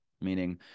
meaning